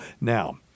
now